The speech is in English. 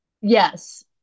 Yes